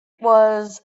was